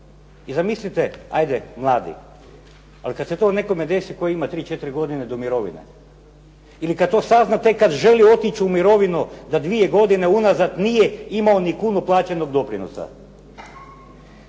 I zamislite ajde mladi, ali kada se to nekome desi tko ima 3, 4 godine do mirovine ili kada to sazna tek kada želi otići u mirovinu, da dvije godine unazad nije imao niti kunu plaćenog doprinosa.